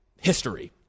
history